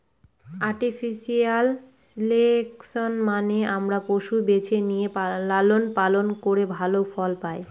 artificial selection মানে আমরা পশু বেছে নিয়ে লালন পালন করে ভালো ফল পায়